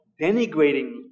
denigrating